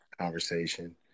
conversation